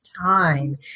time